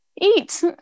eat